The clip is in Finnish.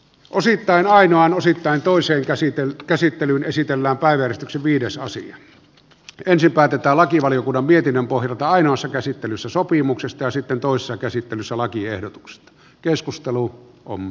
osittain ainoan osittain toisen käsitellyt käsittely veisi tänä päivänä viides aasian ensin päätetään lakivaliokunnan mietinnön pohjalta ainoassa käsittelyssä sopimuksesta ja sitten toisessa käsittelyssä lakiehdotukset keskustelu on